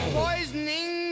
poisoning